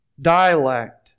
Dialect